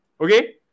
okay